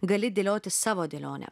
gali dėlioti savo dėlionę